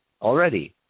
already